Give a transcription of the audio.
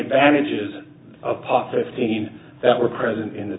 advantages of positive team that were present in the